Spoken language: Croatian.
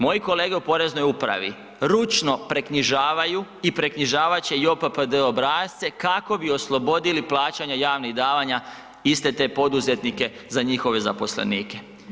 Moji kolege u Poreznoj upravi, ručno preknjižavaju i preknjižavat će JOPPD obrasce kako bi oslobodili plaćanja javnih davanje iste te poduzetnike za njihove zaposlenike.